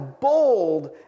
bold